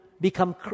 become